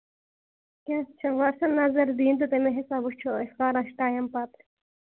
کیاہ چھُ باسان نَظر دِنۍ تہٕ تَمے حِسابہٕ وٕچھو أسۍ کر آسہِ ٹایم پَتہٕ